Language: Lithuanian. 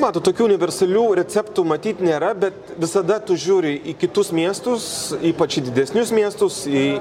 matot tokių universalių receptų matyt nėra bet visada tu žiūri į kitus miestus ypač į didesnius miestus